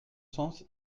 sens